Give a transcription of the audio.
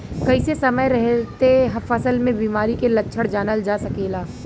कइसे समय रहते फसल में बिमारी के लक्षण जानल जा सकेला?